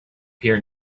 peer